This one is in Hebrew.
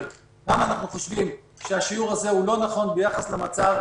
למה אנחנו חושבים שהשיעור הזה הוא לא נכון ביחס למצב,